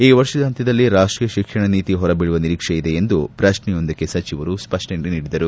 ಈ ವರ್ಷದ ಅಂತ್ಲದಲ್ಲಿ ರಾಷ್ಷೀಯ ಶಿಕ್ಷಣ ನೀತಿ ಹೊರಬೀಳುವ ನಿರೀಕ್ಷೆ ಇದೆ ಎಂದು ಪ್ರಶ್ನೆಯೊಂದಕ್ಕೆ ಸಚಿವರು ಸ್ಪಪ್ಪಪಡಿಸಿದರು